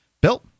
Bill